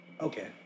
Okay